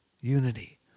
unity